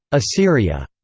assyria.